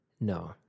no